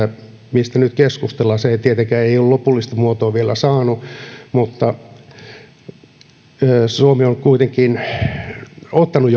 mistä nyt keskustellaan se ei tietenkään ole lopullista muotoa vielä saanut suomi on kuitenkin jo ottanut